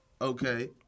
Okay